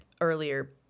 earlier